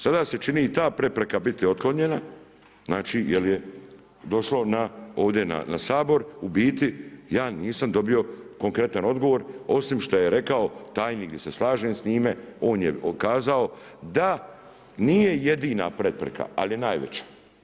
Sada se čini ta prepreka biti otklonjena, znači jer je došlo ovdje na Sabor, u biti ja nisam dobio konkretan odgovor, osim što je rekao, tajnik, ja se slažem s njime, on je kazao, da nije jedina prepreka, ali je najveća.